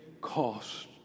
cost